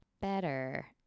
better